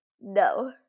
no